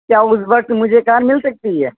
کیا اس وقت مجھے کار مل سکتی ہے